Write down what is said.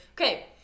Okay